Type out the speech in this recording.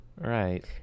right